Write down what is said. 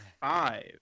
five